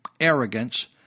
arrogance—